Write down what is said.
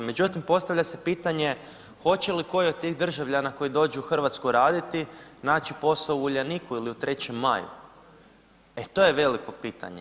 Međutim, postavlja se pitanje hoće li koji od tih državljana koji dođu u Hrvatsku raditi naći posao u Uljaniku ili u 3. maju, e to je veliko pitanje.